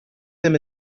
them